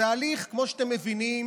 זה הליך, כמו שאתם מבינים,